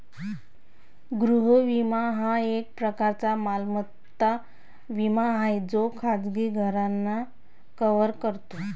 गृह विमा हा एक प्रकारचा मालमत्ता विमा आहे जो खाजगी घरांना कव्हर करतो